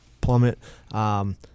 plummet